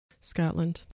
Scotland